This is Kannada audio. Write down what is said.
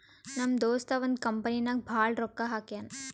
ನಮ್ ದೋಸ್ತ ಒಂದ್ ಕಂಪನಿ ನಾಗ್ ಭಾಳ್ ರೊಕ್ಕಾ ಹಾಕ್ಯಾನ್